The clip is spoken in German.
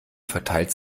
verteilt